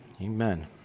Amen